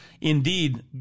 indeed